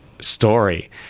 story